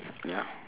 ya